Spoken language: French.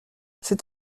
c’est